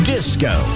Disco